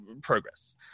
progress